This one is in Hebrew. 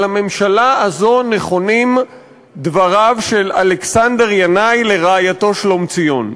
על הממשלה הזאת נכונים דבריו של אלכסנדר ינאי לרעייתו שלומציון,